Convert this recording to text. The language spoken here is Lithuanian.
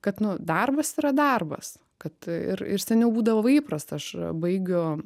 kad nu darbas yra darbas kad ir ir seniau būdavo įprasta aš baigiu